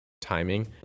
timing